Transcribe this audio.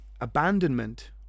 abandonment